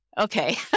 Okay